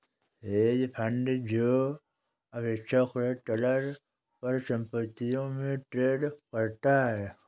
hedge fund जो अपेक्षाकृत तरल परिसंपत्तियों में ट्रेड करता है